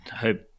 hope